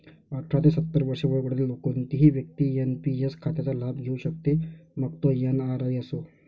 अठरा ते सत्तर वर्षे वयोगटातील कोणतीही व्यक्ती एन.पी.एस खात्याचा लाभ घेऊ शकते, मग तो एन.आर.आई असो